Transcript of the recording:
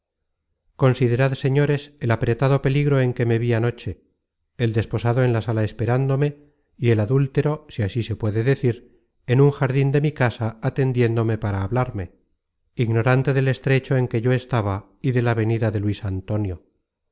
considerad señores el apretado peligro en que me vi anoche el desposado en la sala esperándome y el adúltero si así se puede decir en un jardin de mi casa atendiéndome para hablarme ignorante del estrecho en que yo estaba y de la venida de luis antonio